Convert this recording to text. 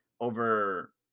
over